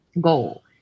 goal